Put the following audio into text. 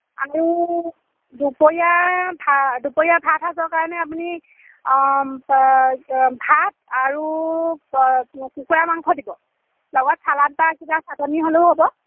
আৰু দুপৰীয়া ভা দুপৰীয়া ভাতসাঁজৰ কাৰণে আপুনি ভাত আৰু কুকুৰা মাংস দিব লগত ছালাড বা কিবা চাটনি হ'লেও হ'ব